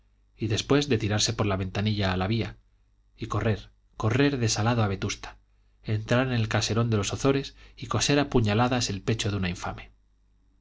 y después de tirarse por la ventanilla a la vía y correr correr desalado a vetusta entrar en el caserón de los ozores y coser a puñaladas el pecho de una infame